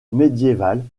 médiévales